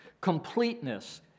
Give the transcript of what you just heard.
Completeness